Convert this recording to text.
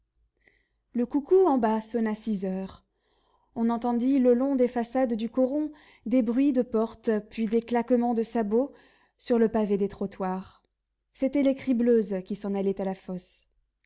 le coucou en bas sonna six heures on entendit le long des façades du coron des bruits de portes puis des claquements de sabots sur le pavé des trottoirs c'étaient les cribleuses qui s'en allaient à la fosse